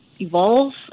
evolve